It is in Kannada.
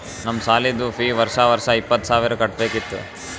ನಮ್ದು ಸಾಲಿದು ಫೀ ವರ್ಷಾ ವರ್ಷಾ ಇಪ್ಪತ್ತ ಸಾವಿರ್ ಕಟ್ಬೇಕ ಇತ್ತು